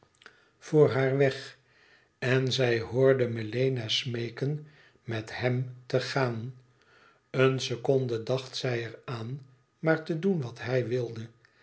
voor haar weg en zij hoorde melena smeeken met hèm te gaan een seconde dacht zij er aan maar te doen wat hij wilde